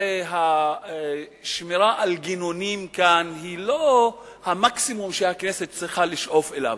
הרי השמירה על גינונים כאן היא לא המקסימום שהכנסת צריכה לשאוף אליו,